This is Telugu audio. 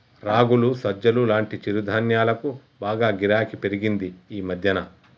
రాగులు, సజ్జలు లాంటి చిరుధాన్యాలకు బాగా గిరాకీ పెరిగింది ఈ మధ్యన